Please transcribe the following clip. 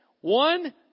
One